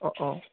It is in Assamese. অঁ অঁ